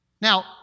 Now